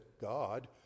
God